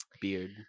Beard